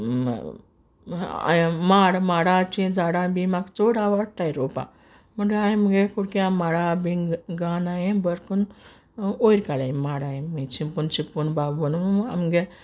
माड माडाचें झाडां बी म्हाका चोड आवडटाय रोंवपा म्हुणटगी हांयें म्हुगे कुडक्या माडा बीन घान हांयें बरें कोन वयर काडल्याय माड हांयें चिपकोन चिपकोन बागवोन म्हुगे